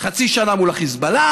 חצי שנה מול החיזבאללה,